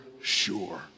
sure